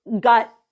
got